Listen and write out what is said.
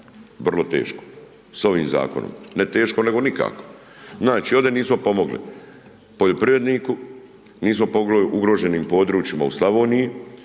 vrlo teško s ovim Zakonom, ne teško, nego nikako. Znači, ovdje nismo pomogli poljoprivredniku, nismo pomogli ugroženim područjima u Slavoniji,